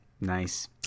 nice